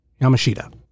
Yamashita